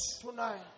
Tonight